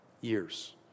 years